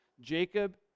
Jacob